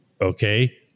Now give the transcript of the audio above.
Okay